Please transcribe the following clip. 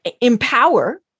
empower